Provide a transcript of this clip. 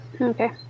Okay